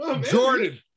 jordan